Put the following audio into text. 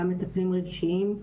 גם מטפלים רגשיים.